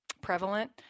prevalent